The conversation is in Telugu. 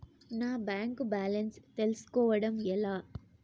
నా బ్యాంకు బ్యాలెన్స్ తెలుస్కోవడం ఎలా?